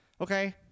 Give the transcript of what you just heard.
okay